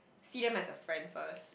see them as a friend first